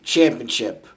Championship